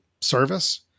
service